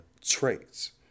traits